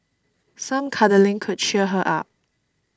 some cuddling could cheer her up